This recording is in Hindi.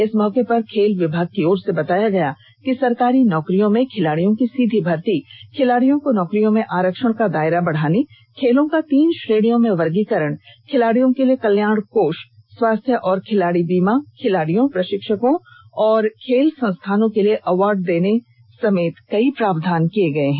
इस मौके पर खेल विभाग की ओर से बताया गया कि सरकारी नौकरियों में खिलाड़ियों की सीधी भर्ती खिलाड़ियों को नौकरियों में आरक्षण का दायरा बढ़ाने खेलों का तीन श्रेणियों में वर्गीकरण खिलाड़ियों के लिए कल्याण कोष स्वास्थ्य और खिलाड़ी बीमा खिलाड़ियों प्रशिक्षकों और खेल संस्थानों के लिए अवार्ड देने आदि समेत कई प्रावधान किए गए हैं